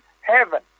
heaven